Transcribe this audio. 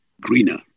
greener